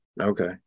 Okay